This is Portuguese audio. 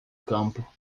campo